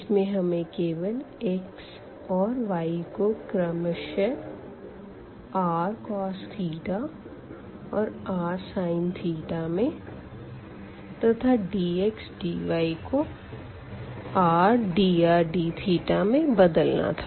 इसमें हमें केवल x और y को क्रमशः rcos और rsin में तथा dx dy को r dr dθ में बदलना था